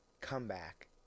comeback